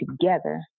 together